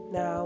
Now